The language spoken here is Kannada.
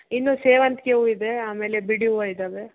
ಇನ್ನು ಸೆವಂತಿಗೆ ಹೂ ಇದೆ ಆಮೇಲೆ ಬಿಡಿ ಹೂವ ಇದಾವೆ